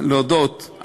א.